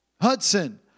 Hudson